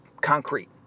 concrete